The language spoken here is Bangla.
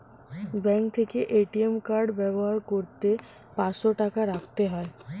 ব্যাঙ্ক থেকে এ.টি.এম কার্ড ব্যবহার করতে পাঁচশো টাকা রাখতে হয়